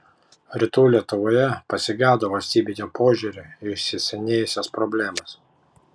rytų lietuvoje pasigedo valstybinio požiūrio į įsisenėjusias problemas